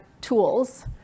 tools